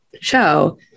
show